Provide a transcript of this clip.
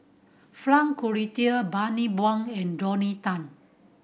Frank Cloutier Bani Buang and Rodney Tan